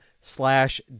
slash